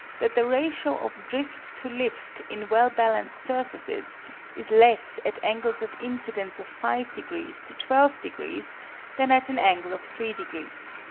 that the ratio of drift to lift in well-balanced surfaces is less at angles of incidence of five degrees to twelve degrees than at an angle of three degrees.